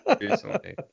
recently